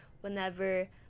whenever